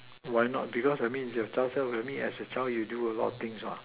why not because I mean as a child you do a lot of things